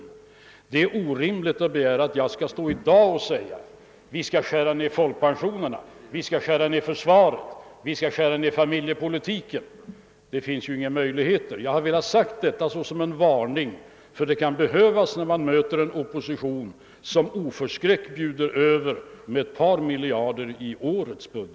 Det är orimligt att jag i dag skulle uttala mig om huruvida vi skall göra nedskärningar av folkpensionerna, av försvaret eller av de familjepolitiska insatserna. Jag har bara velat framföra en varning. Det kan behövas när man möter en opposition som i årets budget oförskräckt bjuder över med ett par miljarder kronor.